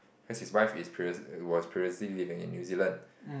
cause his wife is previous was previously living in New Zealand